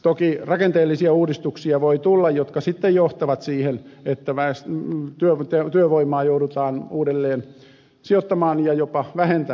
toki voi tulla rakenteellisia uudistuksia jotka sitten johtavat siihen että työvoimaa joudutaan uudelleen sijoittamaan ja jopa vähentämään